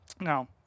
Now